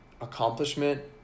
accomplishment